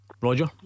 Roger